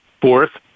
Fourth